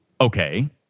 Okay